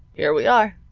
here we are,